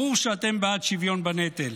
ברור שאתם בעד שוויון בנטל,